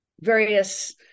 various